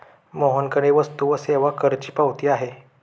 मोहनकडे वस्तू व सेवा करची पावती आहे